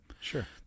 Sure